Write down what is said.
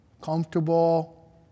comfortable